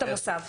איירסופט מוסב.